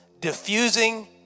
Diffusing